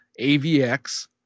AVX